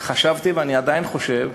חשבתי, ואני עדיין חושב,